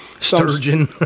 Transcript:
Sturgeon